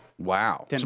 Wow